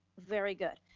very good.